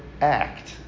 act